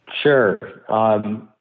Sure